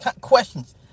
questions